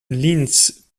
linz